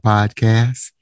Podcast